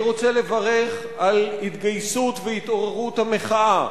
אני רוצה לברך על התגייסות והתעוררות המחאה